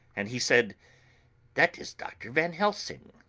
and he said that is dr. van helsing.